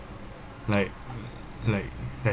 like like ha~